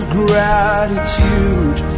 gratitude